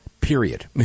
Period